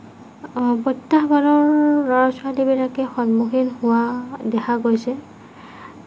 প্ৰত্যাহ্বানৰ ল'ৰা ছোৱালীবিলাকে সন্মুখীন হোৱা দেখা গৈছে